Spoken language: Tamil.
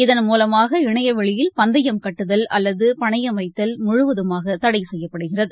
தென்மூலமாக இணையவெளியில் பந்தயம் கட்டுதல் அல்லதுபணயம் வைத்தல் முழுவதுமாகதடைசெய்யப்படுகிறது